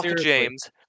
James